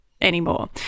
anymore